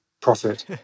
profit